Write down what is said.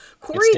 Corey